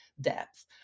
depth